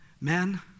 Men